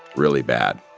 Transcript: really bad.